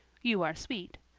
you are sweet,